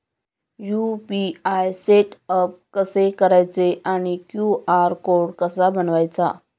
UPI setup कसे करायचे आणि क्यू.आर कोड कसा बनवायचा?